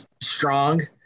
strong